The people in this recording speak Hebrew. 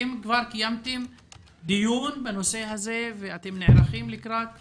האם כבר קיימתם דיון בנושא הזה ואתם נערכים לקראת